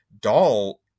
Doll